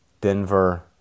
Denver